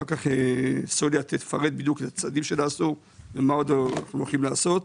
אחר כך סוניה תפרט את הצעדים שנעשו ומה עוד עומדים לעשות.